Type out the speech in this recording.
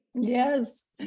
Yes